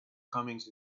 comings